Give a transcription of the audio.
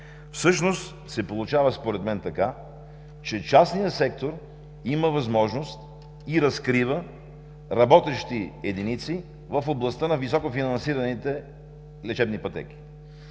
Всъщност се получава според мен, така че частният сектор има възможност и разкрива работещи единици в областта на високофинансираните лечебни пътеки.